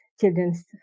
children's